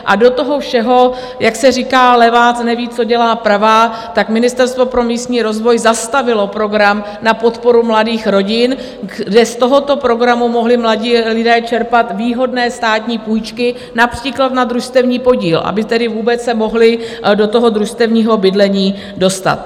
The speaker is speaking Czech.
A do toho všeho, jak se říká, levá neví, co dělá pravá, Ministerstvo pro místní rozvoj zastavilo program na podporu mladých rodin, kde z tohoto programu mohli mladí lidé čerpat výhodné státní půjčky, například na družstevní podíl, aby tedy se vůbec mohli do družstevního bydlení dostat.